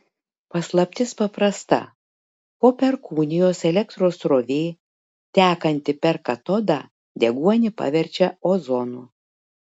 paslaptis paprasta po perkūnijos elektros srovė tekanti per katodą deguonį paverčia ozonu